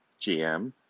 GM